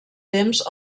temps